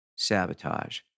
Sabotage